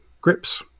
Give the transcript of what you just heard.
grips